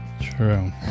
True